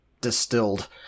distilled